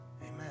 Amen